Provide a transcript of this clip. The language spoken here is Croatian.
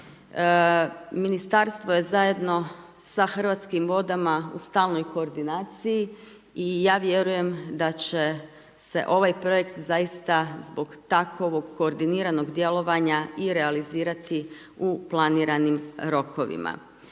Ministarstvo je zajedno sa Hrvatskim vodama u stalnoj koordinaciji i ja vjerujem da će se ovaj projekt zbog takovog koordiniranog djelovanja i realizirati u planiranim rokovima.